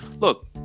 look